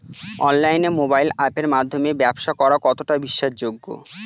অনলাইনে মোবাইল আপের মাধ্যমে ব্যাবসা করা কতটা বিশ্বাসযোগ্য?